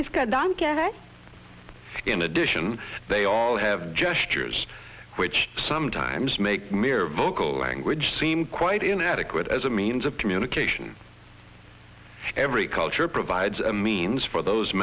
it's got done together in addition they all have gestures which sometimes make mere vocal language seem quite inadequate as a means of communication every culture provides a means for those